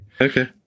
Okay